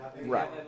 Right